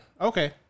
Okay